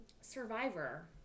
Survivor